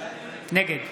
נגד